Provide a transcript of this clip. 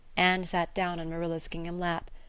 anne sat down on marilla's gingham lap,